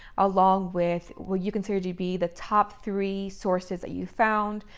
along with what you consider to be the top three sources that you found.